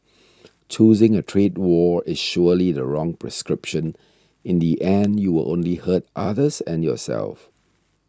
choosing a trade war is surely the wrong prescription in the end you will only hurt others and yourself